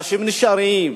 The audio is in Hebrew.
אנשים נשארים,